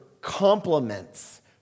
compliments